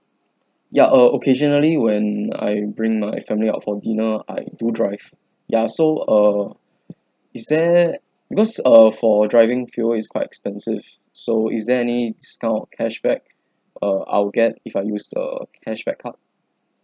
ya uh occasionally when I bring my family out for dinner I do drive ya so err is there because err for driving fuel is quite expensive so is there any discount or cashback uh I'll get if I use the cashback card